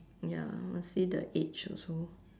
ya must see the age also